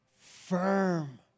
firm